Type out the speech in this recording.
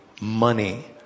money